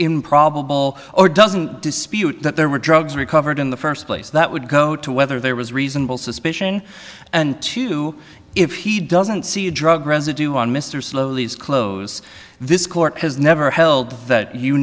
improbable or doesn't dispute that there were drugs recovered in the first place that would go to whether there was reasonable suspicion and two if he doesn't see a drug residue on mr slow these clothes this court has never held that you